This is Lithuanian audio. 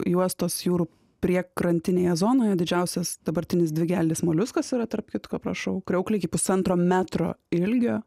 juostos jūrų priekrantinėje zonoje didžiausias dabartinis dvigeldis moliuskas yra tarp kitko prašau kriauklė iki pusantro metro ilgio